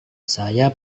saya